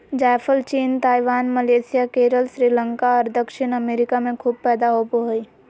जायफल चीन, Taiwan, Malaysia, Kerala, Sri Lanka और दक्षिणी अमेरिका में खूब पैदा होबो हइ